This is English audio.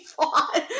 thought